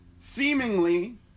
seemingly